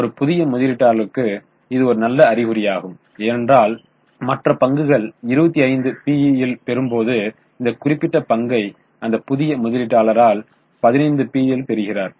ஒரு புதிய முதலீட்டாளருக்கு இது ஒரு நல்ல அறிகுறியாகும் ஏனென்றால் மற்ற பங்குகள் 25 PE இல் பெறும்போது இந்த குறிப்பிட்ட பங்கை அந்த புதிய முதலீட்டாளர் 15 PE இல் பெறுகிறார்